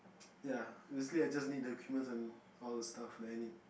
ya basically I just need equipments and all the stuff that I need